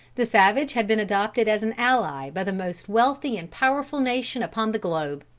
the savage had been adopted as an ally by the most wealthy and powerful nation upon the globe.